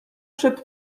przed